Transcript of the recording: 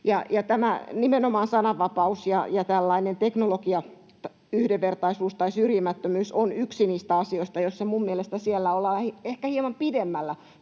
Nimenomaan sananvapaus ja tällainen teknologiayhdenvertaisuus tai syrjimättömyys ovat yksi niistä asioista, joissa minun mielestäni siellä ollaan keskusteluissa ehkä hieman pidemmällä